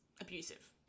abusive